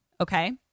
Okay